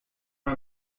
hay